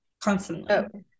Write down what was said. constantly